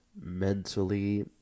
Mentally